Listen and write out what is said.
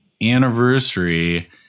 anniversary